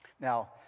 Now